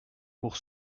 pour